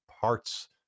parts